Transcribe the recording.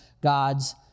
God's